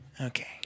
okay